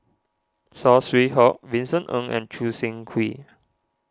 Saw Swee Hock Vincent Ng and Choo Seng Quee